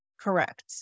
Correct